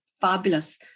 fabulous